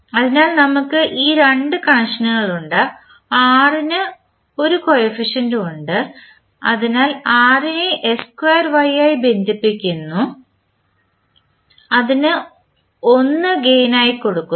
അതിനാൽ നമുക്ക് ഈ രണ്ട് കണക്ഷനുകൾ ഉണ്ട് r ന് 1 കോഫിഫിഷ്യന്റും ഉണ്ട് അതിനാൽ r നെ ആയി ബന്ധിപ്പിക്കുന്നു അതിന് ഒന്ന് ഗെയിൻ ആയി കൊടുക്കുന്നു